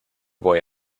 boy